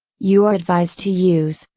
you are advised to use,